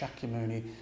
Shakyamuni